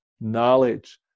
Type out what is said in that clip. knowledge